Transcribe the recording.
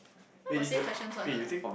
why got same questions one ah